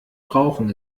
brauchen